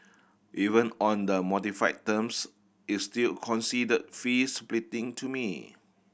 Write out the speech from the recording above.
even on the modified terms is still considered fee splitting to me